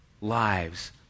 lives